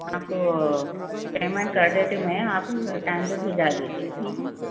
آپ کو پیمنٹ کر دیتی ہوں میں آپ ٹائم پہ بھیج دیجیے ٹھیک ہے